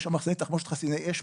יש שם מחסני תחמושת חסיני אש,